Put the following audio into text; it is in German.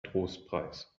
trostpreis